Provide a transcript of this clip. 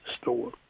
store